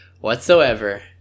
whatsoever